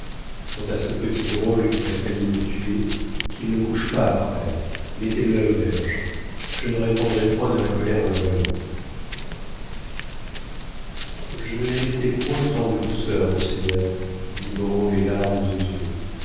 quant à ce petit drôle qui a failli me tuer qu'il ne couche pas à presles mettez-le à l'auberge je ne répondrais point de ma colère en le voyant je ne méritais point tant de douceur monseigneur dit moreau les larmes aux yeux